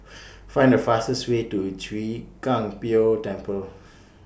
Find The fastest Way to Chwee Kang Beo Temple